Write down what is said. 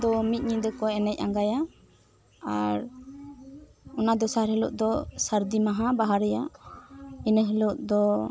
ᱫᱚ ᱢᱤᱫ ᱧᱤᱫᱟᱹ ᱠᱚ ᱮᱱᱮᱡ ᱟᱝᱜᱟᱭᱟ ᱟᱨ ᱚᱱᱟ ᱫᱚᱥᱟᱨ ᱦᱤᱞᱚᱜ ᱫᱚ ᱥᱟᱹᱨᱫᱤ ᱢᱟᱦᱟ ᱵᱟᱦᱟ ᱨᱮᱭᱟᱜ ᱤᱱᱟ ᱦᱤᱞᱚᱜ ᱫᱚ